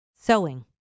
Sewing